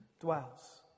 dwells